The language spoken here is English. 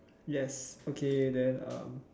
yes okay then uh